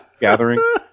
gathering